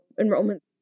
enrollment